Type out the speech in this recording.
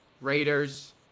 Raiders